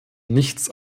nichts